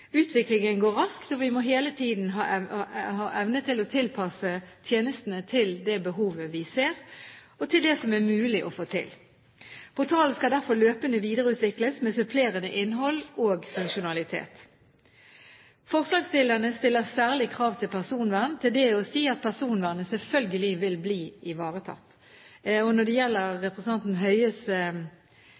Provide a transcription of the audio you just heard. Utviklingen går raskt, og vi må hele tiden evne å tilpasse tjenestene til det behovet vi ser, og til det som er mulig å få til. Portalen skal derfor løpende videreutvikles med supplerende innhold og funksjonalitet. Forslagsstillerne stiller særlige krav til personvern. Til det er å si at personvernet selvfølgelig vil bli ivaretatt. Til representanten Høie, som var opptatt av akkurat dette, er det